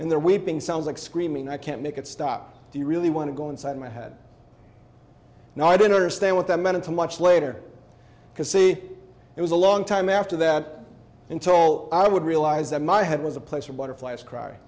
and there weeping sounds like screaming i can't make it stop do you really want to go inside my head and i don't understand what that meant to much later because see it was a long time after that until i would realize that my head was a place for butterflies cry